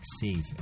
safe